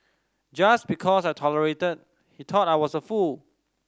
just because I tolerated he thought I was a fool